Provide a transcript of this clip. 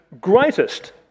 Greatest